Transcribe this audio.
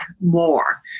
more